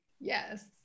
Yes